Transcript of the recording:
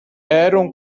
eram